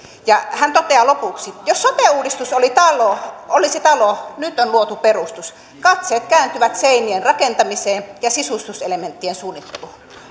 hän toteaa lopuksi jos sote uudistus olisi talo nyt on luotu perustus katseet kääntyvät seinien rakentamiseen ja sisustuselementtien suunnitteluun